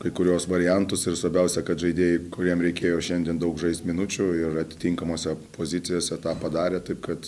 kai kuriuos variantus ir svarbiausia kad žaidėjai kuriem reikėjo šiandien daug žaist minučių ir atitinkamose pozicijose tą padarė taip kad